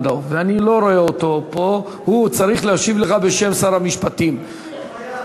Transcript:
המטרה של הצעת החוק שלי היא נורא פשוטה: במצב הקיים היום,